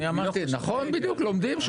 אני אמרתי, נכון, בדיוק, לומדים.